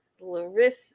Larissa